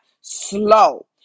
slow